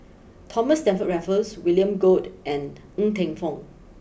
Thomas Stamford Raffles William Goode and Ng Teng Fong